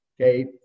okay